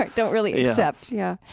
like don't really accept yeah